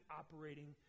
operating